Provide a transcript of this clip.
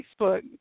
facebook